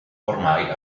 ormai